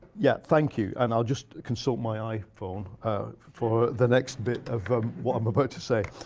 yeah. thank you. and i'll just consult my iphone for the next bit of what i'm about to say.